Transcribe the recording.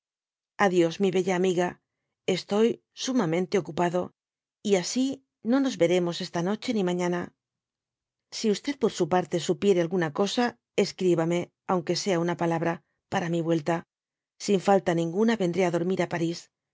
a dios mi bella amiga estoy sumamente ocupado y asi no nos veremos esta noche ni ma ñaña si por su parte supiere alguna cosa escríbame aunque sea una palabra para mi vuelta sin falta ninguna vendré á dormir á parís